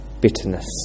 Bitterness